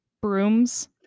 brooms